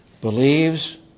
believes